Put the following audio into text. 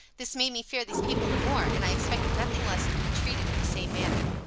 this made me fear these people the more and i expected nothing less than to be treated in the same manner.